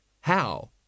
how